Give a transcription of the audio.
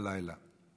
הלילה.